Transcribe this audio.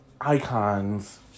icons